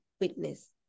witness